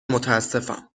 متاسفم